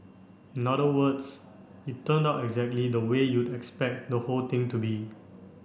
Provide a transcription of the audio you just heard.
in other words it turned out exactly the way you'd expect the whole thing to be